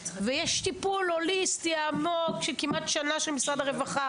ויש טיפול הוליסטי עמוק של כמעט שנה של משרד הרווחה